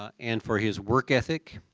ah and for his work ethic.